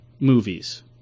movies